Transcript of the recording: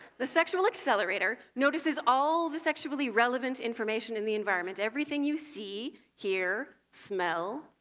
the sexual accelerator notices all the sexually-relevant information in the environment, everything you see, hear, smell,